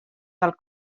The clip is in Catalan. del